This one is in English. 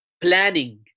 planning